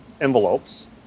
Envelopes